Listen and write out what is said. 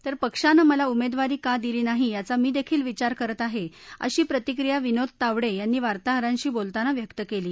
तर पक्षानं मला उमद्दवारी का दिली नाही याचा मी दक्षील विचार करत आहा अशी प्रतिक्रिया विनोद तावड्यिंनी वार्ताहरांशी बोलताना व्यक्त क्वी